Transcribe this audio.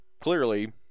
clearly